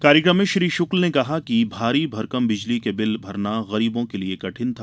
कार्यक्रम में श्री शुक्ल ने कहा कि भारी भरकम बिजली के बिल भरना गरीबो के लिए कठिन था